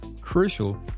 crucial